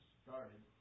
started